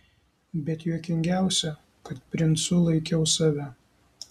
bet juokingiausia kad princu laikiau save